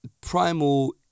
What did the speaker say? primal